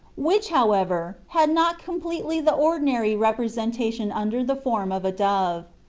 which, however, had not completely the ordinary representation under the form of a dove.